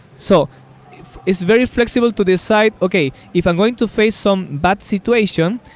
so it's very flexible to decide, okay. if i'm going to face some bad situation,